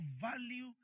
value